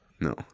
No